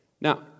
Now